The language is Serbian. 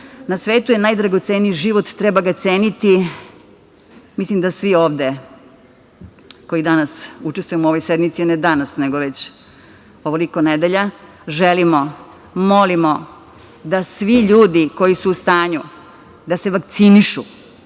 Na svetu je najdragoceniji život, treba ga ceniti. Mislim da svi ovde, koji danas učestvujemo u ovoj sednici, ne danas, već ovoliko nedelja, želimo, molimo da svi ljudi koji su u stanju da se vakcinišu,